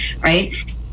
right